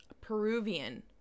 Peruvian